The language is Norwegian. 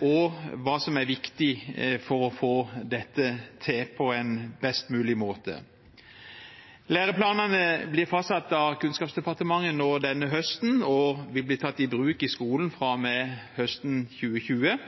og hva som er viktig for å få dette til på en best mulig måte. Læreplanene blir fastsatt av Kunnskapsdepartementet denne høsten og vil bli tatt i bruk i skolen fra og med høsten 2020.